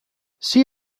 see